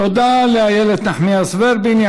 תודה לאיילת נחמיאס ורבין.